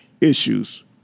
issues